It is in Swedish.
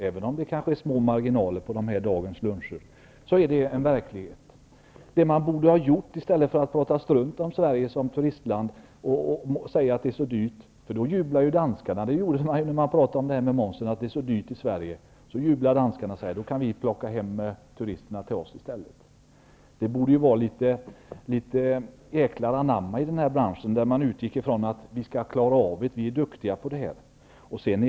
Även om det kanske är små marginaler på dagens luncher, så är detta en verklighet. Man borde inte tala strunt om Sverige som turistland och säga att det är så dyrt. Då jublar danskarna. Det skedde när man talade om momsen och sade att det var så dyrt i Sverige. Då tänkte danskarna att de så att säga kan plocka hem turisterna i stället. Det borde vara litet jäklar anamma i denna bransch, vilket innebär att man utgår ifrån att man skall klara av detta och att man är duktig.